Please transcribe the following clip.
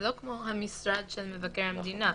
זה לא כמו המשרד של מבקר המדינה.